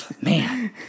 Man